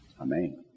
Amen